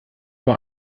war